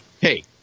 hey